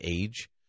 age